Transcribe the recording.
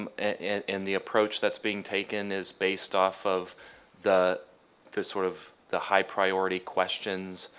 and and the approach that's being taken is based off of the the sort of the high-priority questions.